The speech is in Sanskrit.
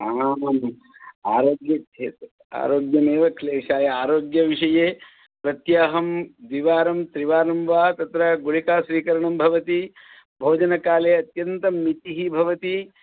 आम् आम् आरोग्यस्य आरोग्यमेव क्लेशाय आरोग्यविषये प्रत्यहं द्विवारं त्रिवारं वा तत्र गुळिका स्वीकरणं भवति भोजनकाले अत्यन्तं मितिः भवति